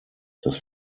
dass